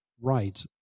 right